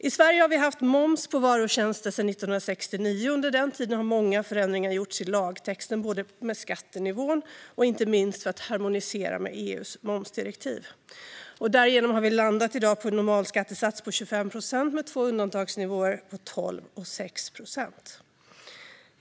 I Sverige har vi haft moms på varor och tjänster sedan 1969, och under den tiden har många förändringar gjorts i lagtexten, både när det gäller skattenivån och harmoniseringen med EU:s momsdirektiv. Därigenom har vi i dag landat på en normalskattesats på 25 procent, med två undantagsnivåer på 12 och 6 procent.